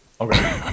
Okay